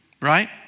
right